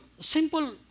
simple